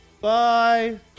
Bye